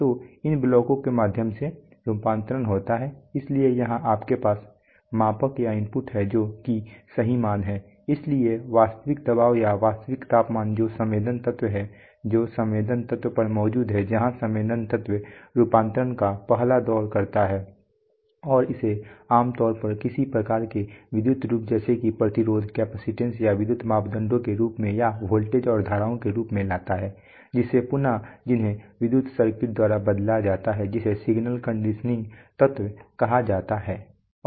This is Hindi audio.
तो इन ब्लॉकों के माध्यम से रूपांतरण होता है इसलिए यहां आपके पास मापक या इनपुट है जो कि सही मान है इसलिए वास्तविक दबाव या वास्तविक तापमान जो संवेदन तत्व है जो संवेदन तत्व पर मौजूद है जहां संवेदन तत्व रूपांतरण का पहला दौर करता है और इसे आम तौर पर किसी प्रकार के विद्युत रूप जैसे कि प्रतिरोध कैपेसिटेंस या विद्युत मापदंडों के रूप में या वोल्टेज और धाराओं के रूप में लाता है जिसे पुनः जिन्हें विद्युत सर्किट द्वारा बदला जाता है जिसे सिग्नल कंडीशनिंग तत्व कहा जाता है